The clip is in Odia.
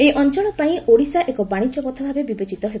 ଏହି ଅଞ୍ଞଳପାଇଁ ଓଡ଼ିଶା ଏକ ବାଶିଜ୍ୟ ପଥ ଭାବେ ବିବେଚିତ ହେବ